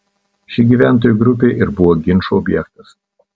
ši gyventojų grupė ir buvo ginčų objektas